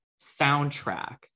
soundtrack